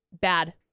bad